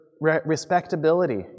respectability